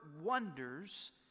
wonders